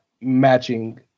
matching